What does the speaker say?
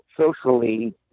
socially